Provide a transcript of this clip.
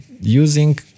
using